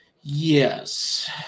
Yes